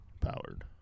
powered